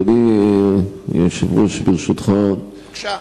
אדוני היושב-ראש, ברשותך, בבקשה.